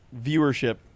viewership